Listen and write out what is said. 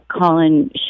Colin